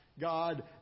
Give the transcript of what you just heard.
God